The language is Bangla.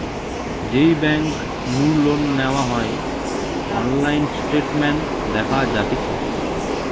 যেই বেংক নু লোন নেওয়া হয়অনলাইন স্টেটমেন্ট দেখা যাতিছে